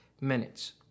minutes